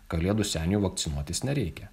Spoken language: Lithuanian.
kalėdų seniui vakcinuotis nereikia